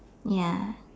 ya